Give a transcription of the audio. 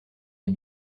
les